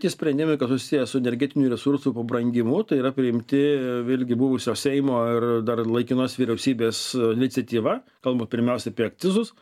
tie sprendimai kas susiję su energetinių resursų pabrangimu tai yra priimti vėlgi buvusio seimo ir dar laikinos vyriausybės iniciatyva kalbant pirmiausia apie akcizus